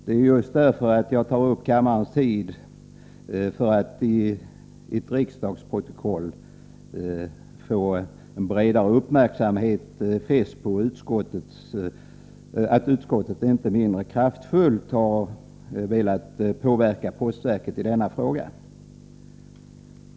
Det är därför jag tar kammarens tid i anspråk för att i ett riksdagsprotokoll få en bredare uppmärksamhet fäst på att utskottet inte med ett kraftfullt uttalande har velat påverka postverket i denna fråga.